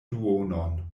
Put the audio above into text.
duonon